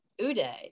Uday